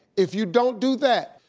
if you don't do that,